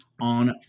on